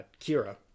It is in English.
Kira